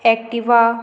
Activa